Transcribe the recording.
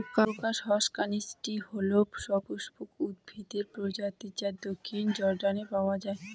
crocus হসকনেইচটি হল সপুষ্পক উদ্ভিদের প্রজাতি যা দক্ষিণ জর্ডানে পাওয়া য়ায়